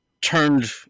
turned